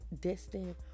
destined